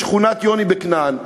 לשכונת כנען בצפת.